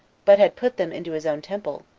but had put them into his own temple,